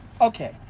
Okay